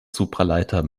supraleiter